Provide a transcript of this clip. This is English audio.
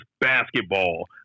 basketball